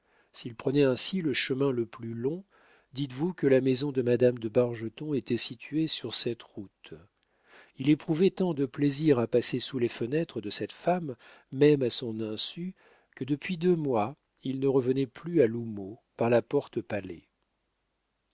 s'il prenait ainsi le chemin le plus long dites-vous que la maison de madame de bargeton était située sur cette route il éprouvait tant de plaisir à passer sous les fenêtres de cette femme même à son insu que depuis deux mois il ne revenait plus à l'houmeau par la porte palet